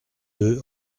deux